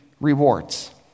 rewards